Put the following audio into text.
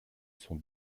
son